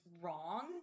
wrong